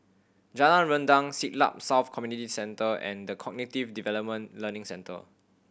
Jalan Rendang Siglap South Community Centre and The Cognitive Development Learning Centre